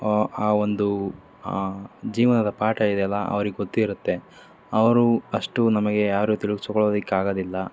ಆ ಒಂದು ಜೀವನದ ಪಾಠ ಇದೆಯಲ್ಲ ಅವ್ರಿಗೆ ಗೊತ್ತಿರುತ್ತೆ ಅವರು ಅಷ್ಟು ನಮಗೆ ಯಾರೂ ತಿಳಿಸ್ಕೊಳೋದಕ್ಕಾಗದಿಲ್ಲ